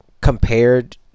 Compared